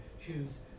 choose